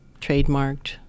trademarked